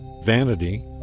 vanity